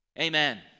Amen